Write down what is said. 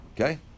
Okay